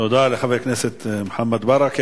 תודה לחבר הכנסת מוחמד ברכה.